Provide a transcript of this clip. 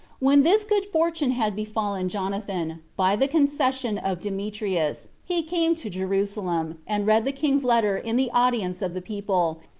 when this good fortune had befallen jonathan, by the concession of demetrius, he came to jerusalem, and read the king's letter in the audience of the people,